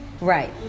Right